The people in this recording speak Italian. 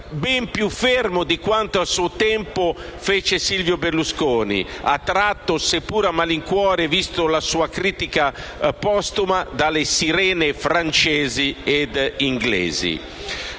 ben più fermo di quanto, a suo tempo, fece Silvio Berlusconi, attratto, seppure a malincuore, visto la sua critica postuma, dalle sirene francesi ed inglesi.